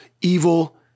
evil